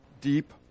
deep